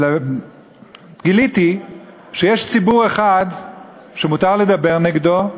גיליתי שיש ציבור אחד שמותר לדבר נגדו,